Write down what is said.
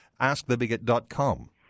Askthebigot.com